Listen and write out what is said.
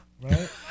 right